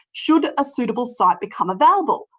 should a suitable site become available.